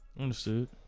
Understood